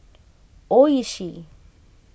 Oishi